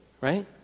Right